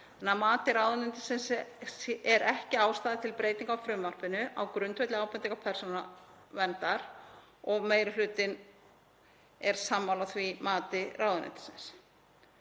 mati ráðuneytisins er ekki ástæða til breytinga á frumvarpinu á grundvelli ábendinga Persónuverndar og meiri hlutinn er sammála því mati ráðuneytisins.